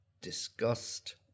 disgust